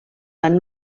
van